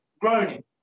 groaning